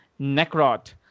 Necrot